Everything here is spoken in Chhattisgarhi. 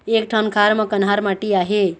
एक ठन खार म कन्हार माटी आहे?